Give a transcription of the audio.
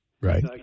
Right